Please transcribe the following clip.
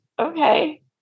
Okay